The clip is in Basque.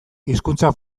hizkuntza